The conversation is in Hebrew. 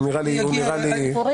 הוא נראה לי עצבני.